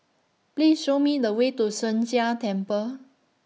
Please Show Me The Way to Sheng Jia Temple